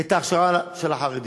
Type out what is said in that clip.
את ההכשרה של החרדים.